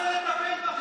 "לטפל בכם"?